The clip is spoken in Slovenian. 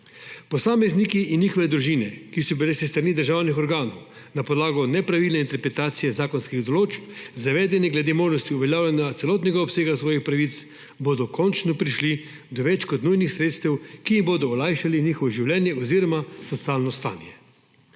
Posamezniki in njihove družine, ki so bili s strani državnih organov na podlagi nepravilne interpretacije zakonskih določb zavedeni glede možnosti uveljavljanja celotnega obsega svojih pravic, bodo končno prišli do več kot nujnih sredstev, ki bodo olajšala njihovo življenje oziroma socialno stanje.